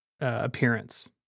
appearance